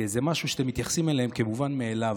כאיזה משהו שאתם מתייחסים אליו כמובן מאליו.